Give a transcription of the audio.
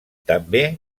també